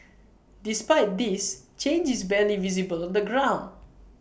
despite this change is barely visible on the ground